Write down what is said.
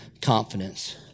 confidence